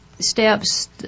steps